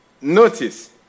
Notice